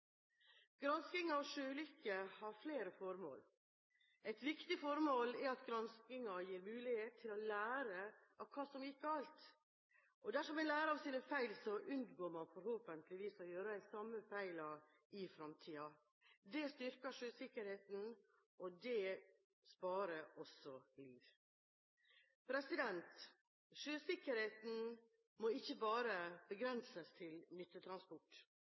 Gransking av sjøulykker har flere formål. Et viktig formål er at granskingen gir mulighet til å lære av hva som gikk galt. Dersom en lærer av sine feil, unngår man forhåpentligvis å gjøre de samme feilene i fremtiden. Det styrker sjøsikkerheten – og det sparer også liv. Sjøsikkerheten må ikke bare begrenses til nyttetransport.